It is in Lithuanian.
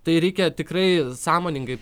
tai reikia tikrai sąmoningai